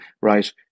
right